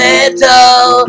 Little